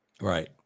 Right